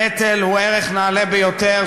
הנטל הוא ערך נעלה ביותר,